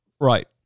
Right